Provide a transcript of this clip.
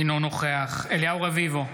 אינו נוכח אליהו רביבו,